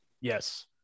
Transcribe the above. Yes